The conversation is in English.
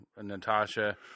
Natasha